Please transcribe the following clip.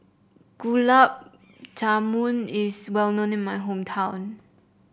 Gulab Jamun is well known in my hometown